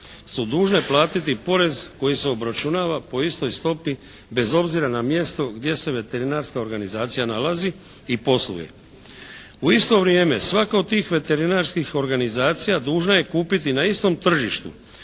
su dužne platiti porez koji se obračunava po istoj stopi bez obzira na mjesto gdje se veterinarska organizacija nalazi i posluje. U isto vrijeme svaka od tih veterinarskih organizacija dužna je kupiti na istom tržištu